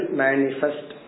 manifest